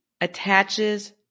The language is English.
attaches